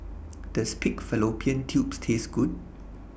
Does Pig Fallopian Tubes Taste Good